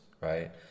right